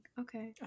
okay